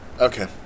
Okay